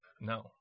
No